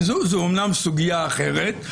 זו אומנם סוגיה אחרת,